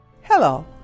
Hello